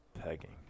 Pegging